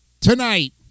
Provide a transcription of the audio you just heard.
tonight